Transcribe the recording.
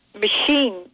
machine